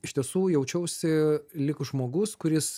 iš tiesų jaučiausi lyg žmogus kuris